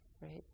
right